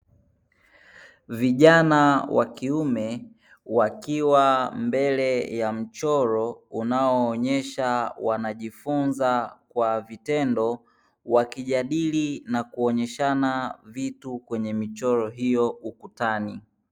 Vijana wa kiume wakiwa mbele ya mchoro unao onyesha wanajifunza kwa vitendo, wakijadili na kuonyeshana vitu kwenye michoro hiyo ukutani.